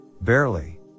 barely